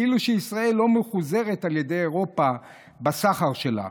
כאילו שישראל לא מחוזרת על ידי אירופה בסחר שלה.